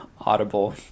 audible